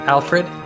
Alfred